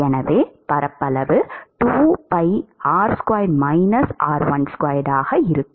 எனவே பரப்பளவு 2pi ஆக இருக்கும்